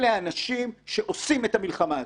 אלה האנשים שעושים את המלחמה הזאת.